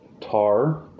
Tar